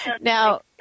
Now